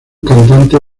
cantante